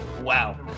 Wow